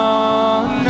on